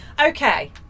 okay